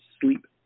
sleep